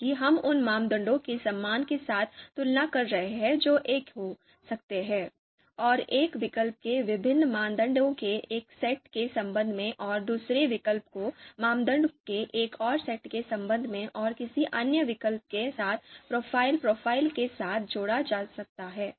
क्योंकि हम उन मानदंडों के सम्मान के साथ तुलना कर रहे हैं जो एक हो सकते हैं और एक विकल्प को विभिन्न मानदंडों के एक सेट के संबंध में और दूसरे विकल्प को मानदंडों के एक और सेट के संबंध में और किसी अन्य विकल्प के साथ प्रोफाइल प्रोफाइल के साथ जोड़ा जा सकता है